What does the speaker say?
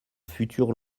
futur